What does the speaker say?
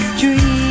dream